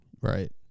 Right